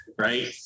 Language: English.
right